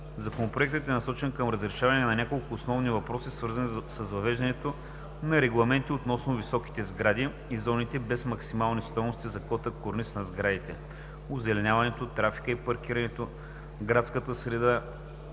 Законопроектът е насочен към решаване на няколко основни въпроси, свързани с въвеждане на регламенти относно високите сгради и зоните без максимални стойности за кота корниз на сградите, озеленяването, трафика и паркирането, градската среда